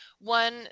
one